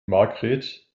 margret